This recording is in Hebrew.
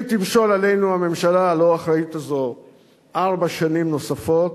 אם תמשול עלינו הממשלה הלא-אחראית הזאת ארבע שנים נוספות,